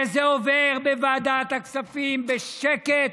וזה עובר בוועדת הכספים בשקט,